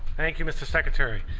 thank you mr. secretary.